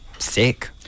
Sick